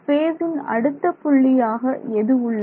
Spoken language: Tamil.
ஸ்பேஸ் இன் அடுத்த புள்ளியாக எது உள்ளது